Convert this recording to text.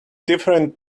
different